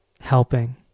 helping